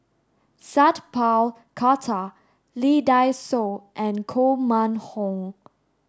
Sat Pal Khattar Lee Dai Soh and Koh Mun Hong